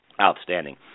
outstanding